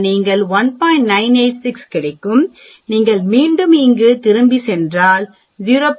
986 கிடைக்கும் நீங்கள் மீண்டும் இங்கு திரும்பிச் சென்றால் 0